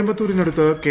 കോയമ്പത്തൂരിനടുത്ത് K